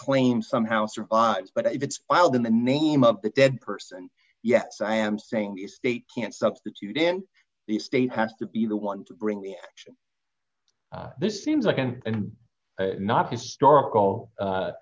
claim somehow survives but if it's filed in the name of the dead person yes i am saying the state can't substitute in the state has to be the one to bring the action this seems like and not historical